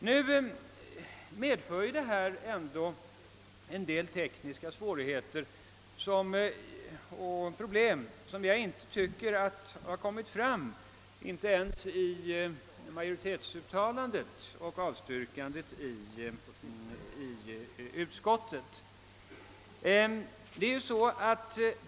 Ett slopande av dessa avdrag medför dock en del tekniska svårigheter och problem som inte har kommit till uttryck — inte ens i majoritetsuttalandet och avstyrkandet i utskottsbetänkandet.